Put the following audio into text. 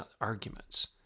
arguments